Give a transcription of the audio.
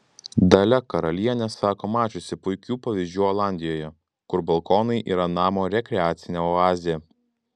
dalia karalienė sako mačiusi puikių pavyzdžių olandijoje kur balkonai yra namo rekreacinė oazė